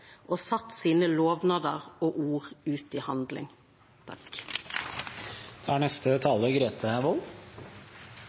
og no set sine lovnader og ord ut i handling. Landet vi nå skal vedta et budsjett for, er